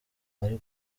bari